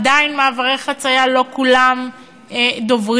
עדיין מעברי חצייה לא כולם דוברים,